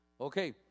Okay